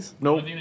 No